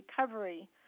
recovery